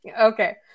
okay